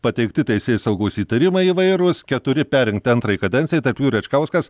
pateikti teisėsaugos įtarimai įvairūs keturi perrinkti antrai kadencijai tarp jų ir račkauskas